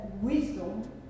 wisdom